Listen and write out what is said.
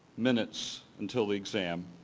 minutes until the exam.